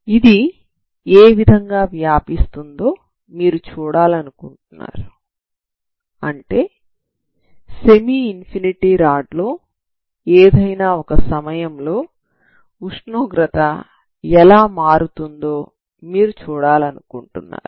ఇది ఏ విధంగా వ్యాపిస్తుందో మీరు చూడాలనుకుంటున్నారు అంటే సెమి ఇన్ఫినిటీ రాడ్ లో ఏదైనా ఒక సమయంలో ఉష్ణోగ్రత ఎలా మారుతుందో మీరు చూడాలనుకుంటున్నారు